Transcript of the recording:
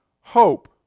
hope